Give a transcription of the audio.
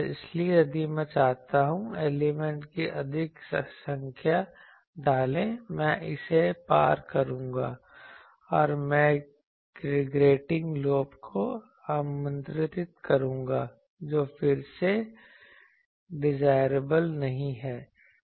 इसलिए यदि मैं चाहता हूं एलिमेंट की अधिक संख्या डालें मैं इसे पार करूंगा और मैं ग्रेटिंग लोब को आमंत्रित करूंगा जो फिर से डिजायरेबल नहीं है